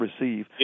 receive